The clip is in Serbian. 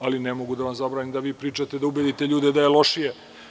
Ali, ne mogu da vam zabranim da vi pričate da ubedite ljude da je lošije.